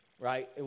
Right